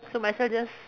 so might as well just